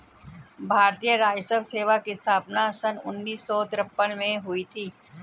भारतीय राजस्व सेवा की स्थापना सन उन्नीस सौ तिरपन में हुई थी